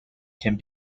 can